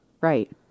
Right